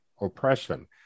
oppression